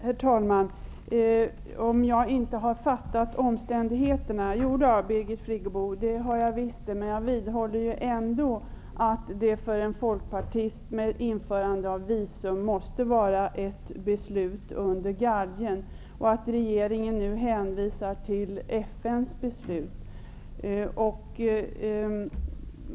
Herr talman! Birgit Friggebo undrar om jag inte har uppfattat omständigheterna. Jo, det har jag visst. Jag vidhåller ändå att ett beslut om införande av visumtvång för en folkpartist måste vara ett beslut under galgen. Regeringen hänvisar till FN:s beslut.